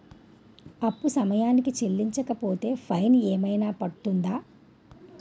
అప్పు సమయానికి చెల్లించకపోతే ఫైన్ ఏమైనా పడ్తుంద?